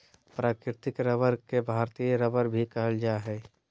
प्राकृतिक रबर के भारतीय रबर भी कहल जा हइ